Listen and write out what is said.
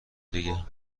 دیگه